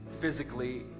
Physically